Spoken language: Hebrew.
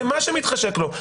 למה שמתחשק לו,